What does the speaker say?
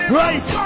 right